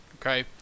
Okay